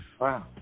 wow